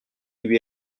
lui